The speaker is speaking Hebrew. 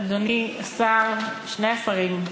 תודה, אדוני השר, שני השרים,